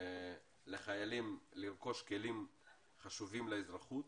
לחיילים לרכוש כלים חשובים לאזרחות.